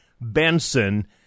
Benson